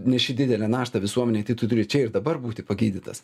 neši didelę naštą visuomenei tai tu turi čia ir dabar būti pagydytas